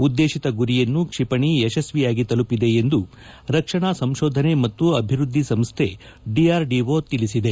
ಉದ್ದೇಶಿತ ಗುರಿಯನ್ನು ಕ್ಷಿಪಣಿ ಯಶಸ್ವಿಯಾಗಿ ತಲುಪಿದೆ ಎಂದು ರಕ್ಷಣಾ ಸಂಶೋಧನೆ ಮತ್ತು ಅಭಿವೃದ್ದಿ ಸಂಸ್ಥೆ ಡಿಆರ್ಡಿಓ ತಿಳಿಸಿದೆ